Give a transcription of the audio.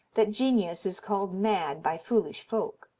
that genius is called mad by foolish folk.